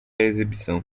exibição